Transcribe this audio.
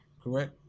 correct